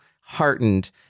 heartened